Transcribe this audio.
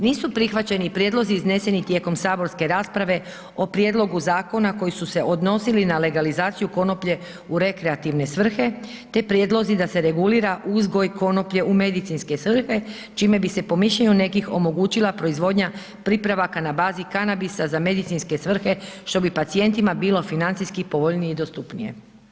Nisu prihvaćeni prijedlozi izneseni tijekom saborske rasprave o prijedlogu zakona koji su se odnosili na legalizaciju konoplje u rekreativne svrhe te prijedlozi da se regulira uzgoj konoplje u medicinske svrhe čime bi se po mišljenju nekih omogućila proizvodnja pripravaka na bazi kanabisa za medicinske svrhe što bi pacijentima bilo financijski povoljnije i dostupnije.